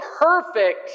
perfect